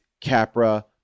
Capra